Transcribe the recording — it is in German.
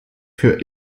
für